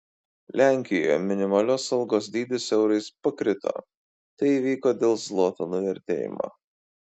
lenkijoje minimalios algos dydis eurais pakrito tai įvyko dėl zloto nuvertėjimo